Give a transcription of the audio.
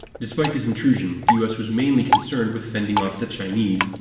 despite this intrusion, the u s. was mainly concerned with fending off the chinese,